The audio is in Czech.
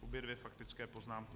Obě dvě faktické poznámky.